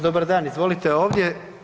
Dobar dan, izvolite ovdje.